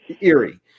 eerie